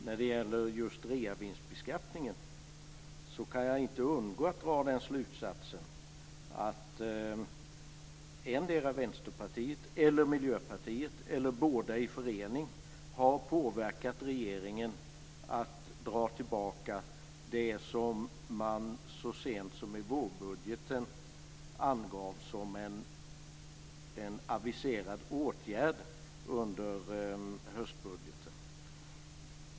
När det gäller just reavinstbeskattningen kan jag inte undgå att dra den slutsatsen att endera Vänsterpartiet eller Miljöpartiet eller båda i förening har påverkat regeringen att dra tillbaka det som man så sent som i vårbudgeten angav som en aviserad åtgärd i höstbudgeten.